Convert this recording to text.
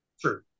True